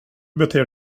beter